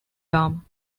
dame